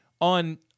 on